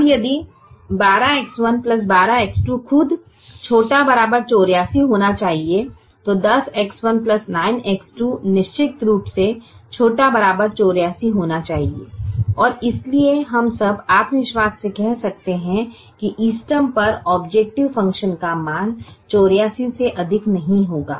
अब यदि 12X1 12X2 खुद ≤ 84 होना चाहिए तो 10X1 9X2 निश्चित रूप से ≤ 84 होना चाहिए और इसलिए हम अब आत्मविश्वास से कह सकते हैं कि इष्टतम पर ऑबजेकटिव फ़ंक्शन का मान 84 से अधिक नहीं होगा